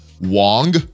Wong